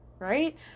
right